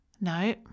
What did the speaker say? No